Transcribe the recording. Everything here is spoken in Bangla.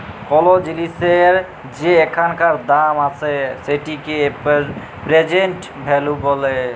কল জিলিসের যে এখানকার দাম আসে সেটিকে প্রেজেন্ট ভ্যালু ব্যলে